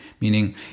meaning